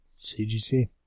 CGC